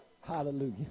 Hallelujah